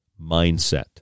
mindset